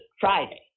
Friday